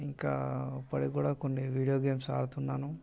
ఇంకా ఇప్పటికీ కూడా కొన్ని వీడియో గేమ్స్ ఆడుతున్నాను